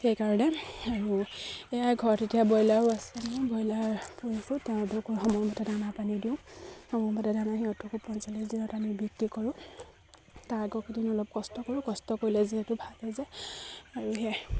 সেইকাৰণে আৰু এয়াই ঘৰত এতিয়া ব্ৰইলাৰো আছে আমি ব্ৰইলাৰ তাহাঁতকো সময়মতে দানা পানী দিওঁ সময়মতে দানা সিহঁতকো পঞ্চল্লিছ দিনত আমি বিক্ৰী কৰোঁ তাৰ আগৰকেইদিন অলপ কষ্ট কৰোঁ কষ্ট কৰিলে যিহেতু ভাল হৈ যায় আৰু সেয়াই